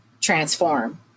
transform